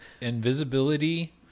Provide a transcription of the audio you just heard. Invisibility